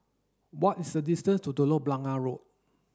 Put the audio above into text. what is the distance to Telok Blangah Road